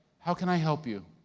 how can i help you?